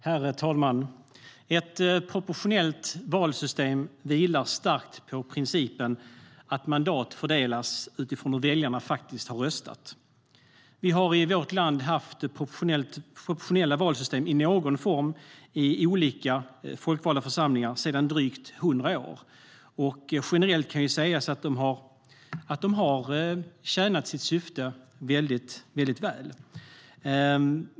Herr talman! Ett proportionellt valsystem vilar starkt på principen att mandat fördelas utifrån hur väljarna faktiskt har röstat. Vi har i vårt land haft proportionella valsystem i någon form i olika folkvalda församlingar sedan drygt 100 år. Generellt kan sägas att de har tjänat sitt syfte väl.